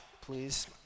Please